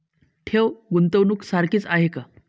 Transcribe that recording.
ठेव, गुंतवणूक सारखीच आहे का?